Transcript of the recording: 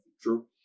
True